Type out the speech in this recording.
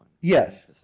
Yes